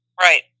Right